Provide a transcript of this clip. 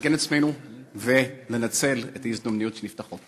להגן על עצמנו ולנצל את ההזדמנויות שנפתחות.